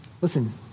Listen